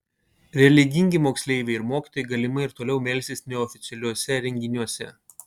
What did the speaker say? religingi moksleiviai ir mokytojai galimai ir toliau melsis neoficialiuose renginiuose